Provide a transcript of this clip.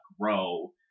grow